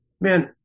Man